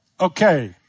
Okay